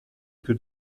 più